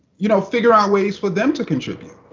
you know, figure out ways for them to contribute.